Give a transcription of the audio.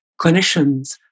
clinicians